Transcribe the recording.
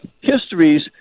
histories